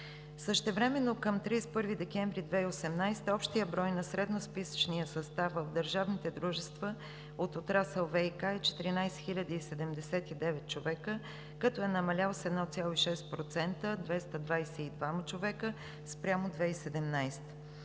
Същевременно към 31 декември 2018 г. общият брой на средносписъчния състав в държавните дружества от отрасъл ВиК е 14 079 човека, като е намалял с 1,6% – 222 човека спрямо 2017